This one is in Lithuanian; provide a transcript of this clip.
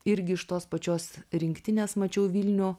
irgi iš tos pačios rinktinės mačiau vilnių